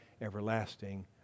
everlasting